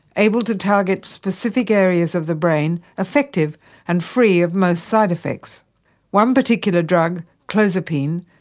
able to target specific areas of the brain, effective and free of most side-effects. one particular drug, clozapine,